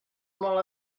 molt